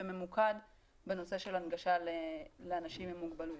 וממוקד בנושא של הנגשה לאנשים עם מוגבלויות.